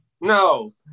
No